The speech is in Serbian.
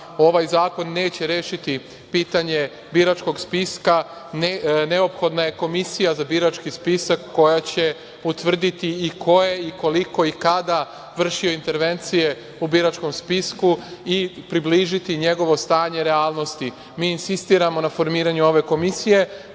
ovaj zakon neće rešiti pitanje biračkog spiska. Neophodna je komisija za birački spisak koja će utvrditi ko je, koliko i kada vršio intervencije u biračkom spisku i približiti njegovo stanje realnosti. Mi insistiramo na formiranju ove komisije,